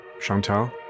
Chantal